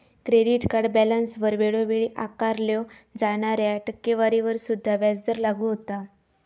credit card बॅलन्सवर वेळोवेळी आकारल्यो जाणाऱ्या टक्केवारीवर सुद्धा व्याजदर लागू होता